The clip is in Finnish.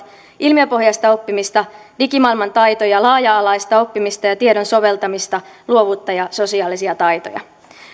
ilmiöpohjaista oppimista digimaailman taitoja laaja alaista oppimista ja tiedon soveltamista luovuutta ja sosiaalisia taitoja